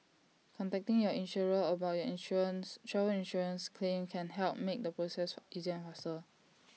contacting your insurer about your insurance travel insurance claim can help make the process easier and faster